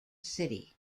city